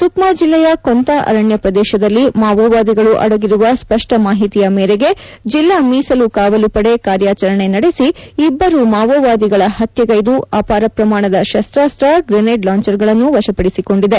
ಸುಕ್ಮಾ ಜಿಲ್ಲೆಯ ಕೊಂತಾ ಅರಣ್ಯ ಪ್ರದೇಶದಲ್ಲಿ ಮಾವೋವಾದಿಗಳು ಅಡಗಿರುವ ಸ್ಪಷ್ಟ ಮಾಹಿತಿಯ ಮೇರೆಗೆ ಜಿಲ್ಲಾ ಮೀಸಲು ಕಾವಲು ಪಡೆ ಕಾರ್ಯಾಚರಣೆ ನಡೆಸಿ ಇಬ್ಬರು ಮಾವೋವಾದಿಗಳ ಹತ್ಯೆ ಗೈದು ಅಪಾರ ಪ್ರಮಾಣದ ಶಸ್ತಾಸ್ತ್ರ ಗ್ರೆನೇಡ್ ಲಾಂಚರ್ಗಳನ್ನು ವಶಪಡಿಸಿಕೊಂಡಿದೆ